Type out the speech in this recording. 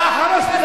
אתה, חבל שתדבר.